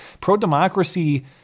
Pro-democracy